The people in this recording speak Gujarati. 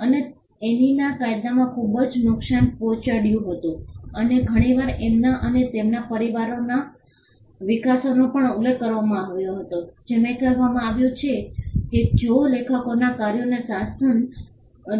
અને એનીના કાયદામાં ખૂબ જ નુકસાન પહોંચાડ્યું હતું અને ઘણી વાર તેમનો અને તેમના પરિવારોના વિનાશનો પણ ઉલ્લેખ કરવામાં આવ્યો હતો જેમાં કહેવામાં આવ્યું છે કે જો લેખકોના કાર્યોને શાસન